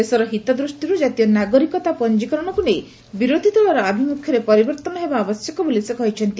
ଦେଶର ହିତ ଦୂଷ୍ଟିରୁ ଜାତୀୟ ନାଗରିକ ପଞ୍ଚିକରଣକୁ ନେଇ ବିରୋଧୀଦଳର ଆଭିମୁଖ୍ୟରେ ପରିବର୍ଭନ ହେବା ଆବଶ୍ୟକ ବୋଲି ସେ କହିଛନ୍ତି